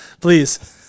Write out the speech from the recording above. Please